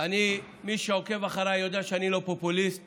מי שעוקב אחריי יודע שאני לא פופוליסט